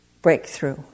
Breakthrough